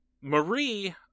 Marie